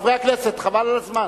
חברי הכנסת, חבל על הזמן.